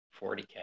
40k